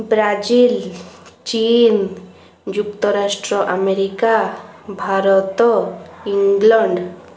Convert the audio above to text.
Brazil ଚୀନ୍ ଯୁକ୍ତରାଷ୍ଟ୍ର America Bharat England